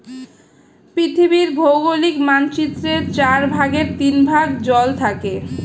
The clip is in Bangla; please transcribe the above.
পৃথিবীর ভৌগোলিক মানচিত্রের চার ভাগের তিন ভাগ জল থাকে